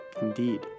Indeed